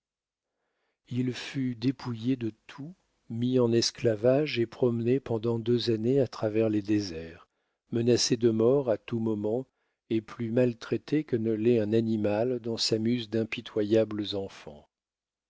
il fut dépouillé de tout mis en esclavage et promené pendant deux années à travers les déserts menacé de mort à tout moment et plus maltraité que ne l'est un animal dont s'amusent d'impitoyables